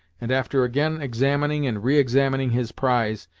and after again examining and re-examining his prize,